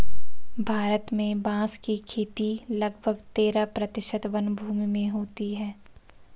भारत में बाँस की खेती लगभग तेरह प्रतिशत वनभूमि में होती है